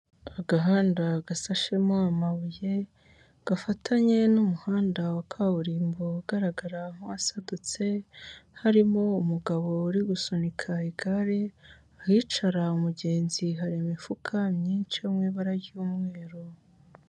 Agahanda gasashemo amabuye, gafatanye n'umuhanda wa kaburimbo ugaragara nk'uwasadutse, harimo umugabo uri gusunika igare, ahicara umugenzi hari imifuka myinshi yo mu ibara ry'umweru.